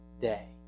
day